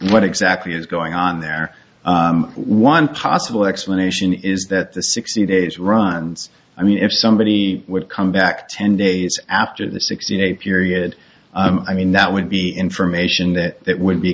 what exactly is going on there one possible explanation is that the sixty days runs i mean if somebody would come back ten days after the sixty day period i mean that would be information that that would be